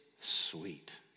sweet